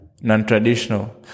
non-traditional